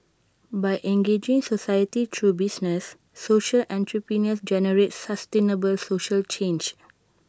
by engaging society through business social entrepreneurs generate sustainable social change